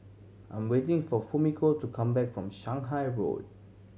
I'm waiting for Fumiko to come back from Shanghai Road